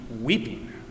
weeping